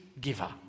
giver